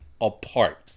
apart